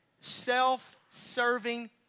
self-serving